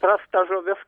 prasta žuvis